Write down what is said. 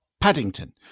Paddington